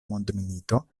mondmilito